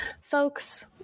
Folks